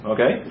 Okay